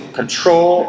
control